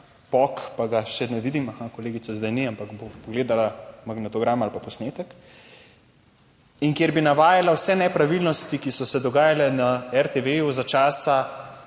pok, pa ga še ne vidim - aha kolegica, zdaj ni, ampak bom pogledala magnetogram ali pa posnetek - in kjer bi navajala vse nepravilnosti, ki so se dogajale na RTV-ju za časa,